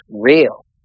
real